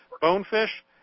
Bonefish